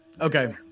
Okay